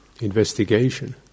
investigation